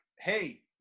hey